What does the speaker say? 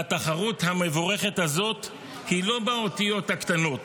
והתחרות המבורכת הזאת היא לא באותיות הקטנות,